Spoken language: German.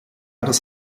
das